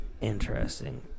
Interesting